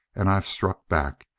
and i struck back.